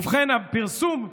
ובכן, הפרסום,